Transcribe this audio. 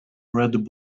red